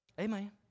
amen